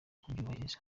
kubyubahiriza